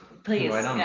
Please